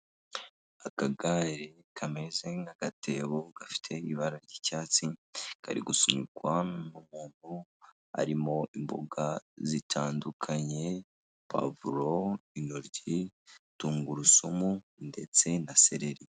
Akagare kameze nk'agatebo, gafite ibara ry'icyatsi, kari gusunikwa n'umuntu, harimo imboga zitandukanye, pavur, intoryi, tungurusumu ndetse na sereri.